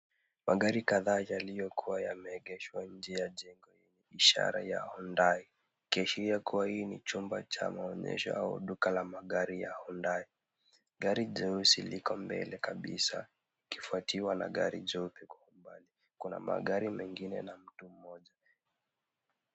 Magari kadhaa yaliyokuwa yameegeshwa nje ya jengo hili, ishara ya Hyundai , kuashiria hii ni chumba cha maonyesho au duka la magari ya Hyundai . Gari leusi liko mbele kabisa likifuatiwa na gari leupe kwa umbali. Kuna magari mengine na mtu mmoja.